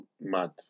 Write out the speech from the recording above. Mad